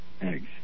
eggs